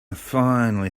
finally